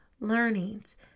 learnings